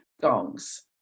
gongs